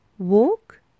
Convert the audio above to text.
walk